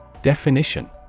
Definition